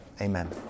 Amen